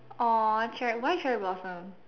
aw cherry why cherry blossom